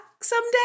someday